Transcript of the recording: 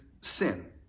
sin